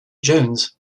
jones